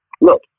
Look